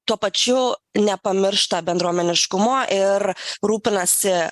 tuo pačiu nepamiršta bendruomeniškumo ir rūpinasi